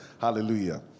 Hallelujah